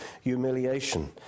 humiliation